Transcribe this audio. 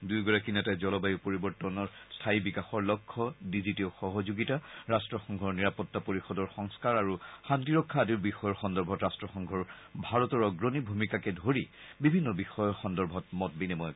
দুয়োগৰাকী নেতাই জলবায়ু পৰিৱৰ্তন স্থায়ী বিকাশৰ লক্ষ্য ডিজিটিয় সহযোগিতা ৰাট্টসংঘৰ নিৰাপত্তা পৰিষদৰ সংস্থাৰ আৰু শান্তিৰক্ষা আদি বিষয়ৰ সন্দৰ্ভত ৰাট্টসংঘৰ ভাৰতৰ অগ্ৰণী ভূমিকাকে ধৰি বিভিন্ন বিষয় সন্দৰ্ভত মত বিনিময় কৰে